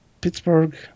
Pittsburgh